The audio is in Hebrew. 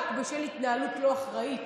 רק בשל התנהלות לא אחראית.